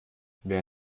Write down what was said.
wir